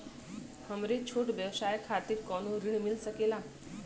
हमरे छोट व्यवसाय खातिर कौनो ऋण मिल सकेला?